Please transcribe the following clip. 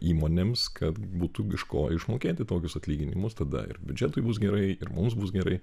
įmonėms kad būtų iš ko išmokėti tokius atlyginimus tada ir biudžetui bus gerai ir mums bus gerai